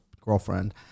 girlfriend